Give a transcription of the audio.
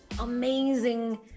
amazing